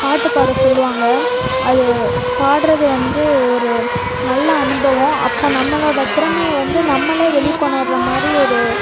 பாட்டு பாட சொல்லுவாங்க அது பாட்றது வந்து ஒரு நல்ல அனுபவம் அப்போ நம்மளோட திறமையை வந்து நம்மளே வெளி கொண்ணர்ற மாதிரி ஒரு